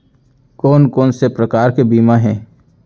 कोन कोन से प्रकार के बीमा हे?